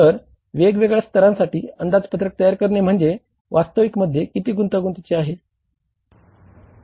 तर वेगवेगळ्या स्तरासाठी अंदाजपत्रक तयार करणे म्हणजे वास्तविकतेमध्ये किती गुंतागुंतीचे आहे